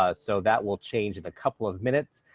ah so that will change in a couple of minutes.